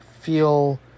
feel